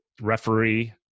referee